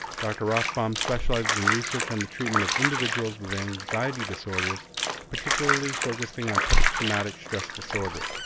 dr. rothbaum specializes in research and treatment of individuals with anxiety disorders particularly focusing on post traumatic stress disorder.